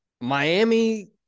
Miami